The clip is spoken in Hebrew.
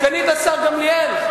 סגנית השר גמליאל,